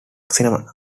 cinema